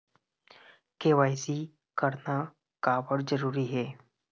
KYC करना का बर जरूरी हे?